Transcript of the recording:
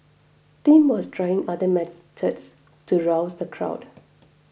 Tim was trying other methods to rouse the crowd